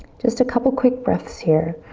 just a couple of quick breaths here.